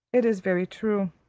it is very true.